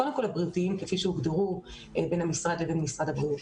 קודם כל הבריאותיים כפי שהוגדרו בין המשרד לבין משרד הבריאות.